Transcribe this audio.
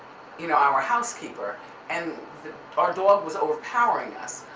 you know, our housekeeper and our dog was overpowering us,